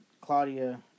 Claudia